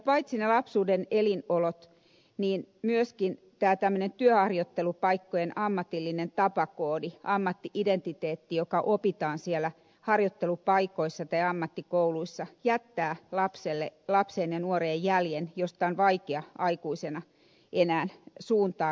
paitsi lapsuuden elinolot myöskin työharjoittelupaikkojen ammatillinen tapakoodi ammatti identiteetti joka opitaan siellä harjoittelupaikoissa tai ammattikouluissa jättää lapseen ja nuoreen jäljen jonka suuntaa on vaikea enää aikuisena korjata